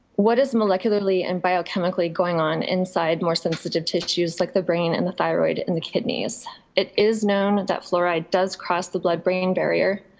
what is molecularly and biochemically going on inside more sensitive tissues like the brain and the thyroid and the kidneys it is known that fluoride does cross the blood brain barrier.